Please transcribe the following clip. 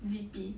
V_P